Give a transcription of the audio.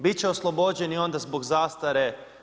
Bit će oslobođeni onda zbog zastare.